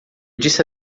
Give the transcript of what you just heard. disse